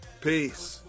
Peace